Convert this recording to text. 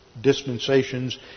dispensations